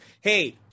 Hey